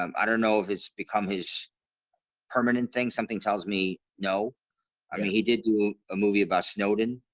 um i don't know if it's become his permanent thing something tells me no i mean he did do a movie about snowden.